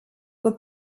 were